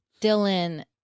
Dylan